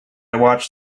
watched